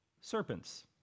serpents